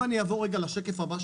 אם אני אעבור רגע לשקף הבא,